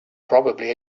probably